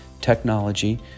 technology